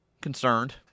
Concerned